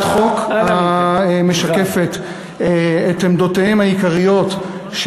המשקפת את עמדותיהם העיקריות,